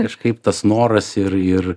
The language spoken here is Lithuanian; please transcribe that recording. kažkaip tas noras ir ir